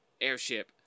airship